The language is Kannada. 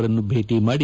ಅವರನ್ನು ಭೇಟಿ ಮಾಡಿ